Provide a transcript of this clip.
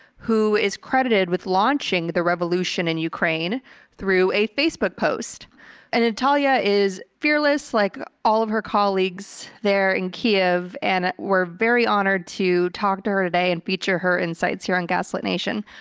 who is credited with launching the revolution in ukraine through a facebook post and nataliya is fearless, like all of her colleagues there in kyev. and we're very honored to talk to her today and feature her insights here in gaslit nation.